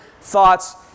thoughts